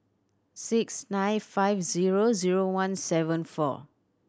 six nine five zero zero one seven four